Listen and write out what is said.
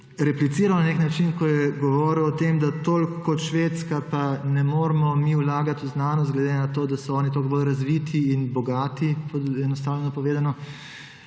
repliciral na nek način, ko je govoril o tem, da toliko kot Švedska pa ne moremo mi vlagati v znanost, glede na to, da so oni toliko bolj razviti in bogati, poenostavljeno povedano.